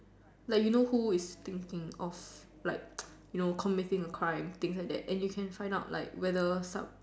like you know who is thinking of like you know committing a crime things like that and you can find out like whether some